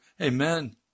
Amen